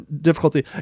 difficulty